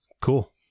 Cool